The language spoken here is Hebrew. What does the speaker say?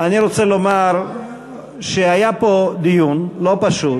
אני רוצה לומר שהיה פה דיון לא פשוט,